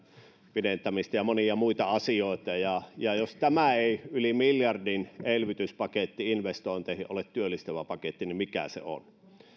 pidentämistä ja monia muita asioita jos tämä yli miljardin elvytyspaketti investointeihin ei ole työllistävä paketti niin mikä se on